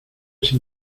sin